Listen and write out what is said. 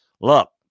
Look